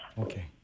okay